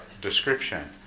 description